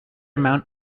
amount